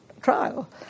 trial